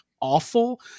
awful